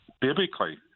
Biblically